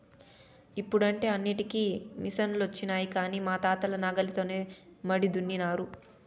ఇప్పుడంటే అన్నింటికీ మిసనులొచ్చినాయి కానీ మా తాతలు నాగలితోనే మడి దున్నినారు